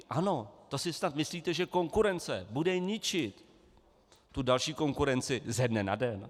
Ano, to si snad myslíte, že konkurence bude ničit tu další konkurenci ze dne na den?